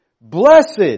Blessed